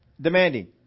demanding